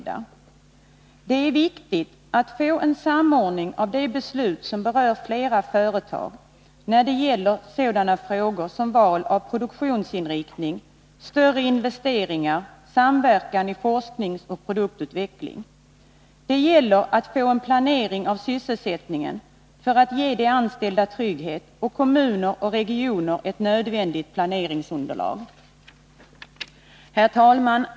Det är viktigt att man får en samordning av de beslut som berör flera företag när det gäller sådana frågor som val av produktionsinriktning, större investeringar och samverkan i forskning och produktutveckling. Det gäller att få en planering av sysselsättningen för att ge de anställda trygghet och kommuner och regioner ett nödvändigt planeringsunderlag. Herr talman!